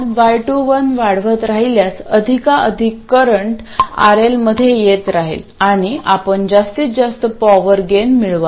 आपण y21 वाढवत राहिल्यास अधिकाधिक करंट RLमध्ये येत राहील आणि आपण जास्तीत जास्त पॉवर गेन मिळवाल